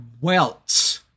welts